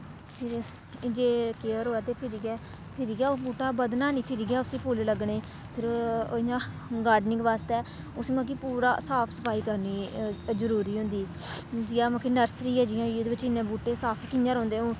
फ्हिर जे केयर होऐ ते फिरी गै फ्हिरी गै ओह् बूह्टा बधना निं फिर गै उस्सी फुल्ल लग्गने फिर इ'यां गार्डनिंग बास्तै उस्सी मतलब कि पूरा साफ सफाई करनी जरूरी होंदी जि'यां मतलब कि नर्सरी ऐ जि'यां होई गेई ओह्दे बिच्च इन्ने बूह्टे साफ कि'यां रौंह्दे